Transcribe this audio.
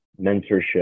mentorship